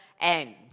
end